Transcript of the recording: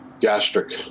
gastric